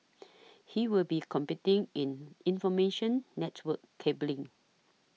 he will be competing in information network cabling